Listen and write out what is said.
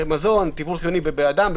טיפול חיוני בבן אדם,